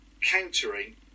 countering